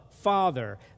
father